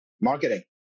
Marketing